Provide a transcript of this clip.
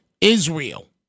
Israel